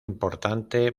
importante